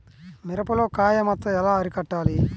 మిరపలో కాయ మచ్చ ఎలా అరికట్టాలి?